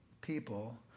people